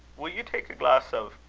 will you take a glass of?